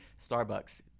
Starbucks